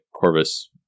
corvus